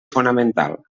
fonamental